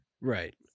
Right